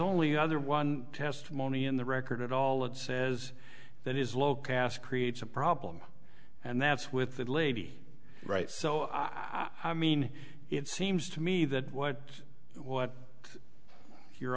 only other one testimony in the record at all it says that is low caste creates a problem and that's with that lady right so i mean it seems to me that what what your